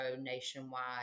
nationwide